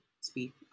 speak